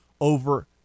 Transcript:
over